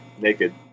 Naked